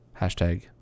hashtag